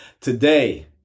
Today